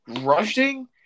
rushing